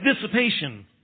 dissipation